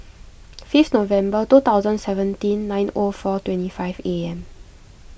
fifth November two thousand seventeen nine O four twenty five A M